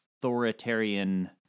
authoritarian